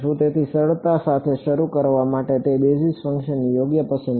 તેથી સરળતા સાથે શરૂ કરવા માટે તે બેઝિસ ફંક્શનની યોગ્ય પસંદગી નથી